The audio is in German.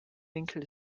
winkel